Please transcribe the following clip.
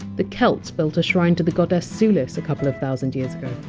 the celts built a shrine to the goddess sulis a couple of thousand years ago.